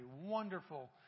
wonderful